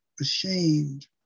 ashamed